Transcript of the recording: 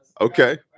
Okay